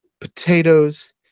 potatoes